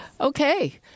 Okay